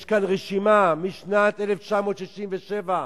יש כאן רשימה משנת 1967,